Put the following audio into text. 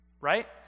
Right